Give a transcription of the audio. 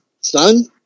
son